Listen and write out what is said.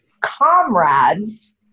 comrades